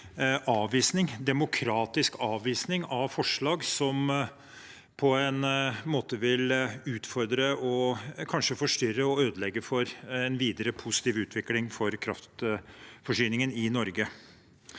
demokratisk avvisning av forslag som vil utfordre og kanskje forstyrre og ødelegge for en videre positiv utvikling for kraftforsyningen i Norge.